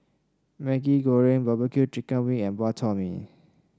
Maggi Goreng barbecue chicken wing and Bak Chor Mee